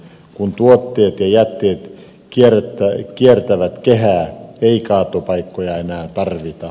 kun tuotteet ja jätteet kiertävät kehää ei kaatopaikkoja enää tarvita